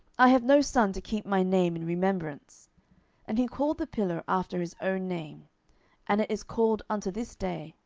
i have no son to keep my name in remembrance and he called the pillar after his own name and it is called unto this day,